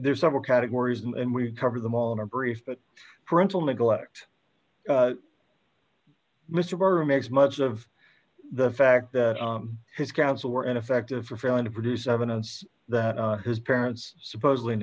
there are several categories and we've covered them all in our brief that parental neglect mr barr makes much of the fact that his counsel were ineffective for failing to produce evidence that his parents supposedly